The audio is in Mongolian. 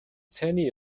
цайны